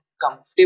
comfortable